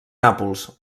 nàpols